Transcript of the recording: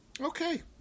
Okay